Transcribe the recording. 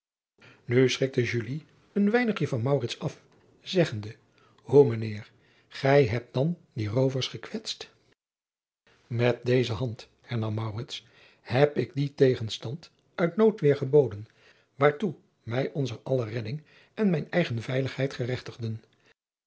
u schikte een weinigje van af zeggende oe mijn eer gij hebt dan die roovers gekwetst et deze hand hernam heb ik dien tegenstand uit noodweer geboden waartoe mij onzer aller redding en mijne eigen veiligheid